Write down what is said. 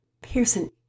Pearson